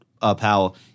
Powell